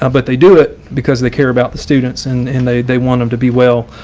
um but they do it because they care about the students and and they they want them to be well.